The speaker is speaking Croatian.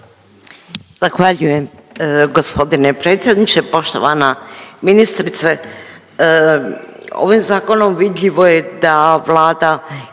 Zahvaljujem g. predsjedniče. Poštovana ministrice, ovim zakonom vidljivo je da Vlada